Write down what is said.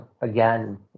again